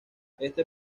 este